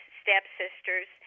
stepsisters